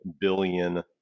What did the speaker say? billion